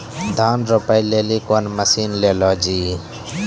धान रोपे लिली कौन मसीन ले लो जी?